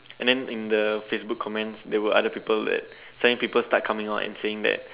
and then in the Facebook comments there were other people that suddenly people start coming out and saying that